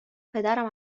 پدرم